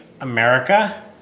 America